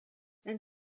and